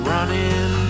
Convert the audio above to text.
Running